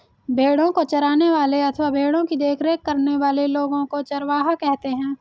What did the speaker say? भेड़ों को चराने वाले अथवा भेड़ों की देखरेख करने वाले लोगों को चरवाहा कहते हैं